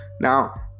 Now